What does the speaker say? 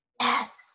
Yes